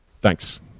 Thanks